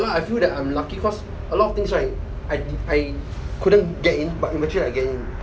I feel that I'm lucky cause a lot of things right I I couldn't get in but eventually I get in